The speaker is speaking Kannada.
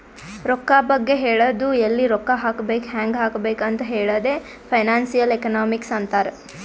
ರೊಕ್ಕಾ ಬಗ್ಗೆ ಹೇಳದು ಎಲ್ಲಿ ರೊಕ್ಕಾ ಹಾಕಬೇಕ ಹ್ಯಾಂಗ್ ಹಾಕಬೇಕ್ ಅಂತ್ ಹೇಳದೆ ಫೈನಾನ್ಸಿಯಲ್ ಎಕನಾಮಿಕ್ಸ್ ಅಂತಾರ್